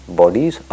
bodies